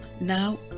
Now